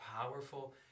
powerful